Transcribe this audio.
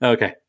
Okay